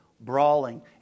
brawling